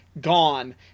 Gone